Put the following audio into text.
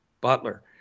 Butler